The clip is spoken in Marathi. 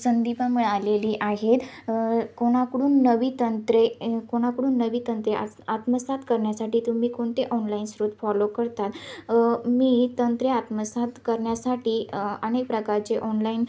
संधी पण मिळालेली आहेत कोणाकडून नवी तंत्रे कोणाकडून नवी तंत्रे आ आत्मसात करण्यासाठी तुम्ही कोणते ऑनलाईन स्रोत फॉलो करता मी तंत्रे आत्मसात करण्यासाठी अनेक प्रकारचे ऑनलाईन